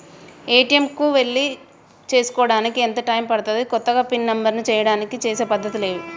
ATM కు వెళ్లి చేసుకోవడానికి ఎంత టైం పడుతది? కొత్తగా పిన్ నంబర్ చేయడానికి చేసే పద్ధతులు ఏవి?